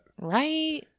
Right